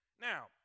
Now